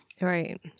Right